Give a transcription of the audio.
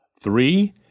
Three